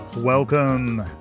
Welcome